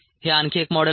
हे आणखी एक मॉडेल आहे